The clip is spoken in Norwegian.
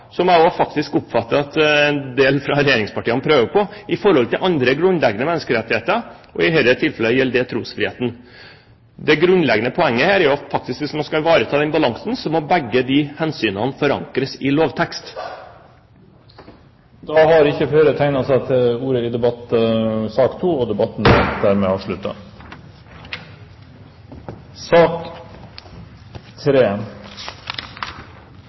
regjering. Jeg kan nevne mange andre eksempler. Men så setter vi grenser, som jeg også oppfatter at en del fra regjeringspartiene prøver på, i forhold til andre grunnleggende menneskerettigheter, og i dette tilfellet gjelder det trosfriheten. Det grunnleggende poenget her er jo at hvis man skal ivareta den balansen, må begge disse hensynene forankres i lovtekst. Debatten i sak nr. 2 er dermed